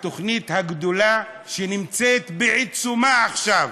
התוכנית הגדולה שנמצאת בעיצומה עכשיו,